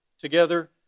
together